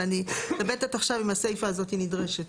אבל אני מתלבטת עכשיו אם הסיפה הזאת נדרשת.